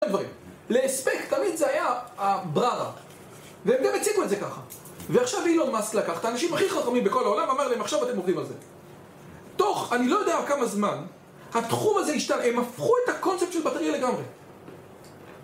להספק תמיד זה היה הבררה והם גם הציגו את זה ככה ועכשיו אילון מאסק לקח את האנשים הכי חכמים בכל העולם ואמר להם עכשיו אתם עובדים על זה תוך אני לא יודע כמה זמן התחום הזה השתנה הם הפכו את הקונספט של הבטריה לגמרי